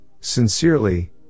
sincerely